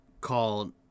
called